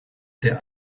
der